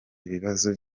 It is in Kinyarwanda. ibibazo